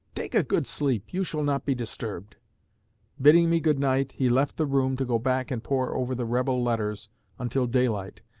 take a good sleep you shall not be disturbed bidding me good night he left the room to go back and pore over the rebel letters until daylight,